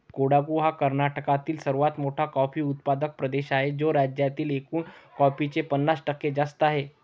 कोडागु हा कर्नाटकातील सर्वात मोठा कॉफी उत्पादक प्रदेश आहे, जो राज्यातील एकूण कॉफीचे पन्नास टक्के जास्त आहे